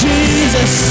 Jesus